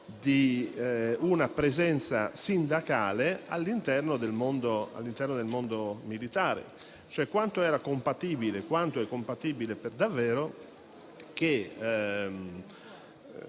di una presenza sindacale all'interno del mondo militare. Cioè quanto era ed è compatibile per davvero che